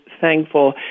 thankful